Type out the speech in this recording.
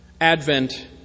Advent